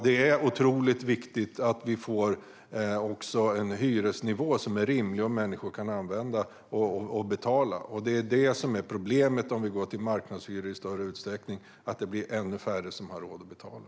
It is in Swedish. Det är otroligt viktigt med en hyresnivå som är rimlig och som människor kan betala. Problemet om man övergår till marknadshyror i större utsträckning är att det då blir ännu färre som har råd att betala.